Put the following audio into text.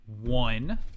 One